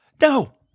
No